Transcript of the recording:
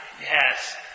yes